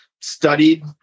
studied